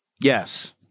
Yes